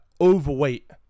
overweight